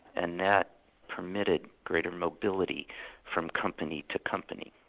and that permitted greater mobility from company to company.